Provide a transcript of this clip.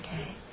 Okay